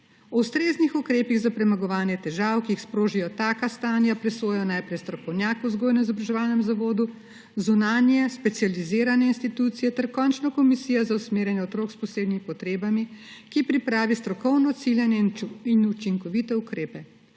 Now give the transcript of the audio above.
O ustreznih ukrepi za premagovanje težav, ki jih sprožijo taka stanja, presoja najprej strokovnjak v vzgojno-izobraževalnem zavodu, zunanje specializirane institucije ter končno komisija za usmerjenje otrok s posebnimi potrebami, ki pripravi strokovno ciljane in učinkovite ukrepe.